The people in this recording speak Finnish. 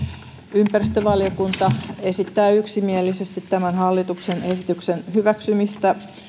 ympäristövaliokunta esittää yksimielisesti tämän hallituksen esityksen hyväksymistä